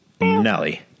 nelly